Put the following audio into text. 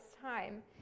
time